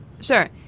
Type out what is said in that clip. Sure